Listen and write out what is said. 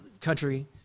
country